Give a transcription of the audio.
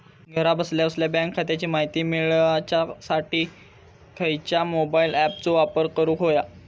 घरा बसल्या बसल्या बँक खात्याची माहिती मिळाच्यासाठी खायच्या मोबाईल ॲपाचो वापर करूक होयो?